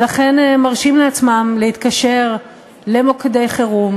ולכן מרשים לעצמם להתקשר למוקדי חירום